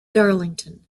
darlington